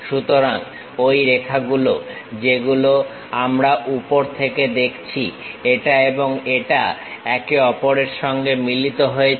সুতরাং ঐ রেখাগুলো যেগুলো আমরা উপর থেকে দেখছি এটা এবং এটা একে অপরের সঙ্গে মিলিত হয়েছে